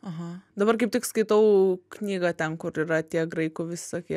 aha dabar kaip tik skaitau knygą ten kur yra tie graikų visokie